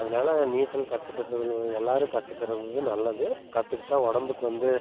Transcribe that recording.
அதனால் நீச்சல் கத்துக்கிட்டதில் எல்லாரும் கத்துக்கிறது நல்லது கத்துக்கிட்டால் உடம்புக்கு வந்து